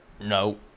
No